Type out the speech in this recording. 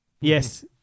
Yes